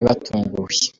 batunguwe